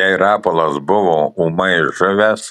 jai rapolas buvo ūmai žuvęs